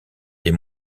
des